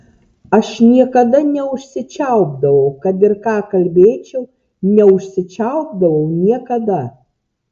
aš niekada neužsičiaupdavau kad ir ką kalbėčiau neužsičiaupdavau niekada